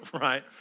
right